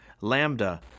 Lambda